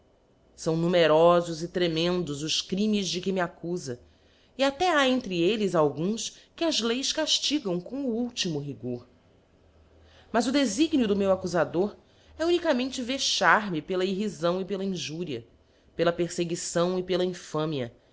são numcrofos e tronendos os crimes de que me accula e até ha entre elles alguns que as leis caitigam com o ultimo rior mas o deíímo do meu accufador é umcamente vcxar me pela irriíao e pela injuria pela perfcguição e pela infâmia